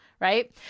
right